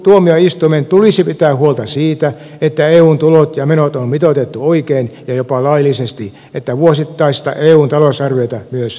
tilintarkastustuomioistuimen tulisi pitää huolta siitä että eun tulot ja menot on mitoitettu oikein ja jopa laillisesti että vuosittaista eun talousarviota myös noudatetaan